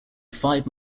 five